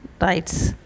rights